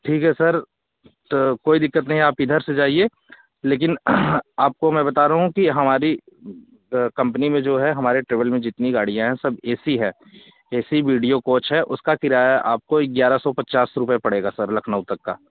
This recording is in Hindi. ठीक है सर तो कोई दिक़्क़त नहीं आप इधर से जाइए लेकिन आपको मैं बता रहा हूँ कि हमारी कंपनी में जो है हमारे ट्रैवल में जितनी गाड़ियाँ हैं सब ए सी है ए सी वीडियो कोच है उसका किराया है आपको ग्यारह सौ पचास रुपये पड़ेगा सर लखनऊ तक का